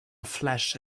flesh